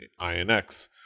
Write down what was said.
INX